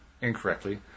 incorrectly